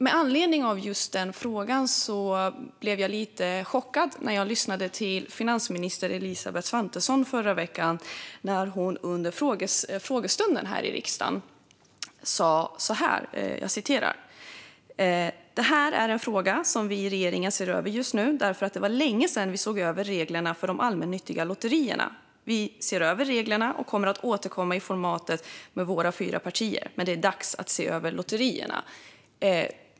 Med anledning av detta blev jag lite chockad när jag hörde finansminister Elisabeth Svantesson under riksdagens frågestund i förra veckan säga: "Det här är en fråga som vi i regeringen ser över just nu därför att det var länge sedan vi såg över reglerna för de allmännyttiga lotterierna." Och: "Vi ser över reglerna och kommer att återkomma i formatet med våra fyra partier. Men det är dags att se över lotterierna."